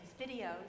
videos